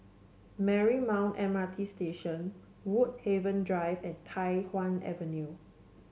Marymount M R T Station Woodhaven Drive and Tai Hwan Avenue